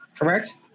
Correct